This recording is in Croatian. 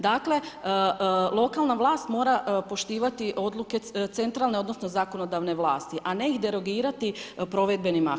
Dakle, lokalna vlast mora poštivati odluke centralne odnosno zakonodavne vlasti, a ne ih derogirati provedbenim aktima.